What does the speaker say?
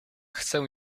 chcę